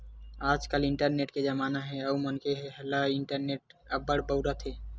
आजकाल इंटरनेट के जमाना हे अउ मनखे ह इंटरनेट ल अब्बड़ के बउरत हे